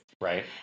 Right